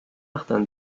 martin